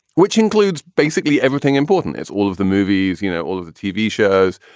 which includes basically everything important as all of the movies, you know, all of the tv shows,